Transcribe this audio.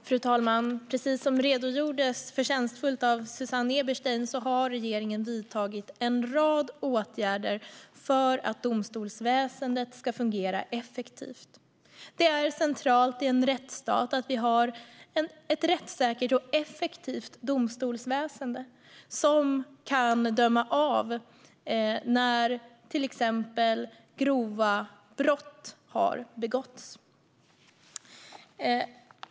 Fru talman! Susanne Eberstein redogjorde förtjänstfullt för att regeringen har vidtagit en rad åtgärder för att domstolsväsendet ska fungera effektivt. Det är centralt i en rättsstat att ha ett rättssäkert och effektivt domstolsväsen som kan döma när till exempel grova brott har begåtts.